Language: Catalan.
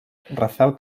rafel